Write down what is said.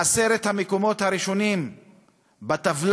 עשרת המקומות הראשונים בטבלה,